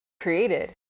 created